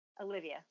Olivia